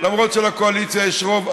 למרות שלקואליציה יש רוב,